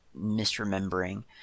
misremembering